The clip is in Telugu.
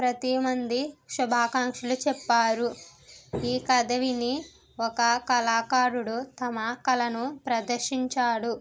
ప్రతి మంది శుభాకాంక్షలు చెప్పారు ఈ కథ విని ఒక కళాకారుడు తమ కళను ప్రదర్శించాడు